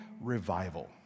revival